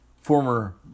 former